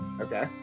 Okay